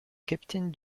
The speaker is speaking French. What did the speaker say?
capitaine